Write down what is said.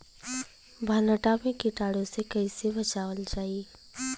भनटा मे कीटाणु से कईसे बचावल जाई?